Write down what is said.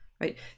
right